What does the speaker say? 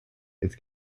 its